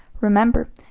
Remember